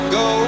go